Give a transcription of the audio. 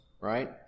right